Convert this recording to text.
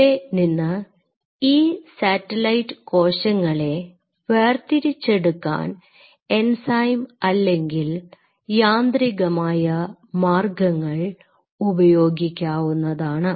ഇവിടെനിന്ന് ഈ സാറ്റലൈറ്റ് കോശങ്ങളെ വേർതിരിച്ചെടുക്കാൻ എൻസൈം അല്ലെങ്കിൽ യാന്ത്രികമായ മാർഗ്ഗങ്ങൾ ഉപയോഗിക്കാവുന്നതാണ്